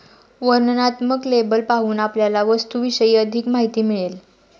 वर्णनात्मक लेबल पाहून आपल्याला वस्तूविषयी अधिक माहिती मिळेल